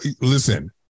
listen